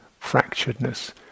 fracturedness